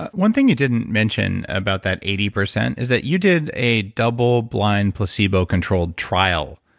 one thing you didn't mention about that eighty percent is that you did a double-blind placebo-controlled trial,